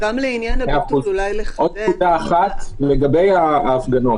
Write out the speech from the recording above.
נקודה נוספת היא לגבי ההפגנות.